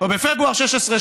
או בפברואר 2016,